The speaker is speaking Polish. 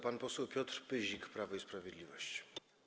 Pan poseł Piotr Pyzik, Prawo i Sprawiedliwość.